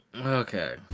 okay